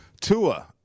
Tua